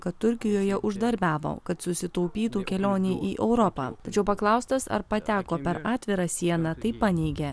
kad turkijoje uždarbiavo kad susitaupytų kelionei į europą tačiau paklaustas ar pateko per atvirą sieną tai paneigė